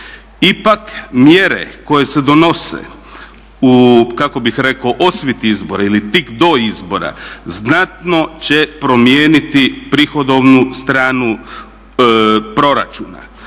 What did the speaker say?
Ipak mjere koje se donose u osvit izbora ili tik do izbora znatno će promijeniti prihodovnu stranu proračuna.